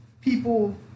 people